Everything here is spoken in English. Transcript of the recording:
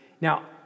Now